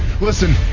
Listen